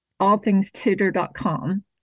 Allthingstutor.com